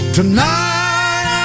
Tonight